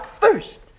first